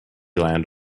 land